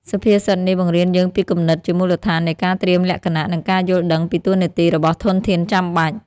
សុភាសិតនេះបង្រៀនយើងពីគំនិតជាមូលដ្ឋាននៃការត្រៀមលក្ខណៈ និងការយល់ដឹងពីតួនាទីរបស់ធនធានចាំបាច់។